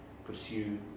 pursue